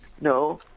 No